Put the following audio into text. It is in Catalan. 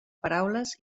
paraules